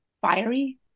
fiery